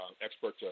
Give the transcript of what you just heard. expert